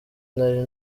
nari